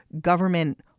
government